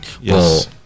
yes